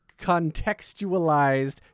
contextualized